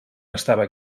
estava